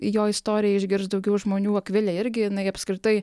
jo istoriją išgirs daugiau žmonių akvilė irgi jinai apskritai